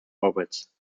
orbits